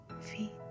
feet